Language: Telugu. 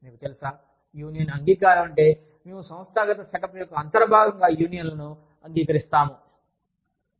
మీకు తెలుసా యూనియన్ అంగీకారం అంటే మేము సంస్థాగత ఏర్పాటు యొక్క అంతర్భాగంగా యూనియన్లను అంగీకరిస్తాము